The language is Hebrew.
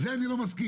לזה אני לא מסכים,